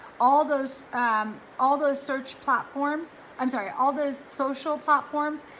all those all those search platforms, i'm sorry, all those social platforms,